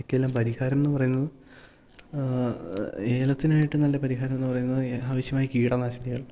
ഇവയ്ക്കെല്ലാം പരിഹാരം എന്ന് പറയുന്നത് ഏലത്തിനായിട്ട് നല്ല പരിഹാരം എന്ന് പറയുന്നത് ആവശ്യമായ കീടനാശിനികൾ